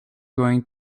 going